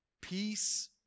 peace